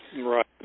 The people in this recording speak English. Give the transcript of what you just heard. Right